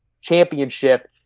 Championship